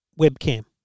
webcam